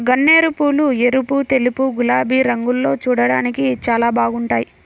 గన్నేరుపూలు ఎరుపు, తెలుపు, గులాబీ రంగుల్లో చూడ్డానికి చాలా బాగుంటాయ్